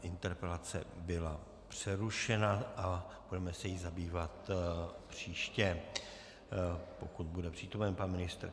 Interpelace byla přerušena a budeme se jí zabývat příště, pokud bude přítomen pan ministr.